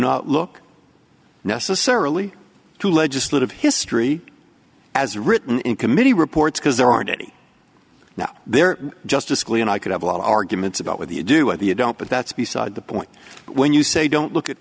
not look necessarily to legislative history as written in committee reports because there aren't any now they're just a school and i could have a lot of arguments about whether you do either you don't but that's beside the point when you say don't look at